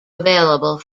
available